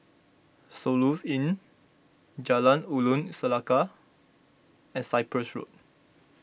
Soluxe Inn Jalan Ulu Seletar and Cyprus Road